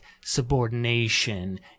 subordination